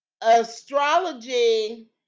astrology